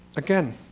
again,